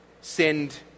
send